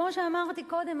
כמו שאמרתי קודם,